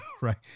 right